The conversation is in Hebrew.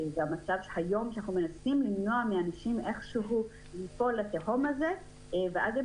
אנחנו מנסים למנוע מאנשים ליפול אל התהום של החובות ואז הם